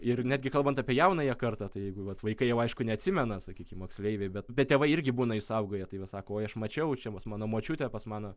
ir netgi kalbant apie jaunąją kartą tai jegu vat vaikai jau aišku neatsimena sakykim moksleiviai bet bet tėvai irgi būna išsaugoję tai va sako oi aš mačiau čia pas mano močiutę pas mano